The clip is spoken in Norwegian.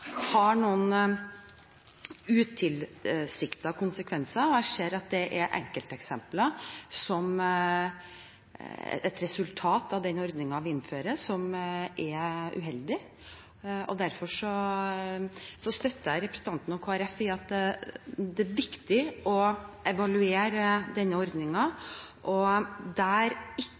har noen utilsiktede konsekvenser, og jeg ser at det er enkelteksempler som er et resultat av den ordningen vi innfører, som er uheldige. Derfor støtter jeg representanten og Kristelig Folkeparti i at det er viktig å evaluere denne ordningen, og der